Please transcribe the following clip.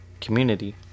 Community